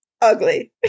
Ugly